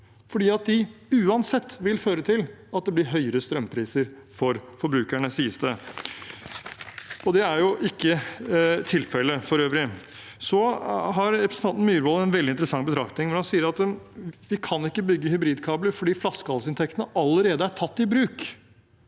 sies, de uansett vil føre til at det blir høyere strømpriser for forbrukerne. Det er for øvrig ikke tilfellet. Representanten Myhrvold har en veldig interessant betraktning når han sier vi ikke kan bygge hybridkabler fordi flaskehalsinntektene allerede er tatt i bruk.